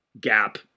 gap